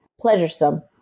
pleasuresome